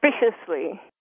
suspiciously